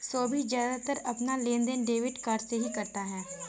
सोभित ज्यादातर अपना लेनदेन डेबिट कार्ड से ही करता है